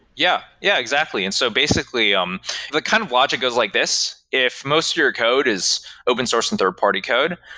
yeah. yeah, exactly. and so basically, um the kind of logic goes like this if most your code is open source and third-party code,